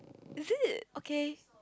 is it okay